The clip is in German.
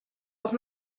auch